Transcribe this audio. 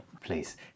Please